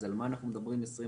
אז על מה אנחנו מדברים 20%?